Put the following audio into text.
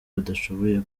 badashoboye